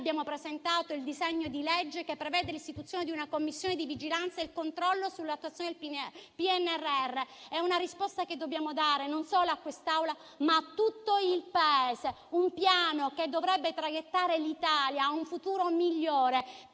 abbiamo presentato il disegno di legge che prevede l'istituzione di una Commissione di vigilanza e il controllo sull'attuazione del PNRR. È una risposta che deve essere data non solo a quest'Assemblea, ma a tutto il Paese: è un piano che dovrebbe traghettare l'Italia a un futuro migliore,